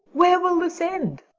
where will this end?